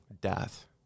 death